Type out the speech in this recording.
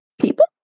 people